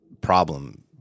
problem